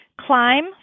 Climb